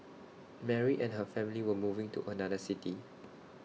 Mary and her family were moving to another city